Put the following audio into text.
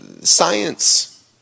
Science